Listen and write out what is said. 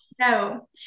No